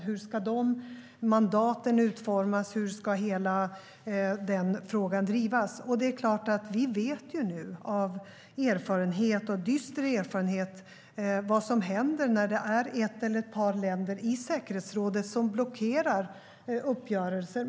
Hur ska dessa mandat utformas, och hur ska hela den frågan drivas? Vi vet av dyster erfarenhet vad som händer när ett eller ett par länder i säkerhetsrådet blockerar uppgörelser.